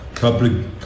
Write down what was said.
Public